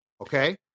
okay